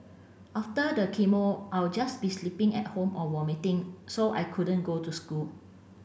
after the chemo I'll just be sleeping at home or vomiting so I couldn't go to school